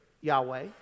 Yahweh